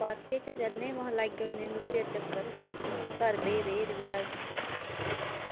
पार्के च चलने आं में हां लाई औने आं थोह्ड़े चिर चक्कर घर बेही बेही घर दे बी